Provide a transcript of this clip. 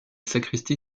sacristie